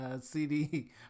CD